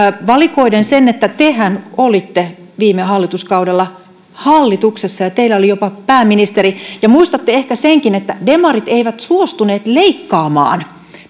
valikoiden sen että tehän olitte viime hallituskaudella hallituksessa ja teillä oli jopa pääministeri muistatte ehkä senkin että demarit eivät suostuneet leikkaamaan